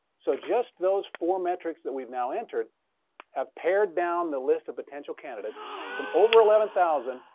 so just those four metrics that we've now entered have pared down the list of potential candidates from over eleven thousand.